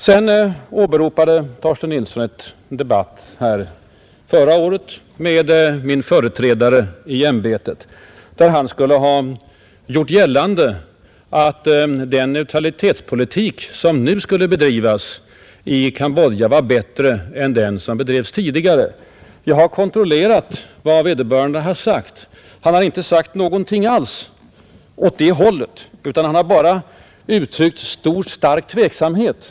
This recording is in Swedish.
Sedan åberopade utrikesministern en debatt förra året med min företrädare i ämbetet som skulle ha gjort gällande att den neutralitetspolitik som komme att bedrivas i Cambodja var bättre än den som bedrevs tidigare. Jag har kontrollerat vad vederbörande sade. Han gjorde inte ett så preciserat uttalande, Han uttryckte stark tveksamhet.